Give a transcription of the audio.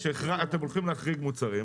אתם הולכים להחריג מוצרים,